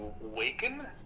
waken